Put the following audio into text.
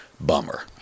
bummer